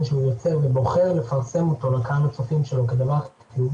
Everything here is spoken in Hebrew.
שהוא יוצא ובוחר לפרסם אותו לקהל הצופים שלו כהנאה,